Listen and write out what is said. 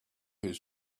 his